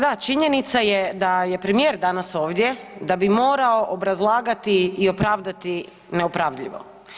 Dakle da, činjenica je da je premijer danas ovdje da bi morao obrazlagati i opravdati neopravdljivo.